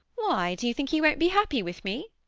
why? do you think he won't be happy with me?